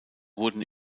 wurden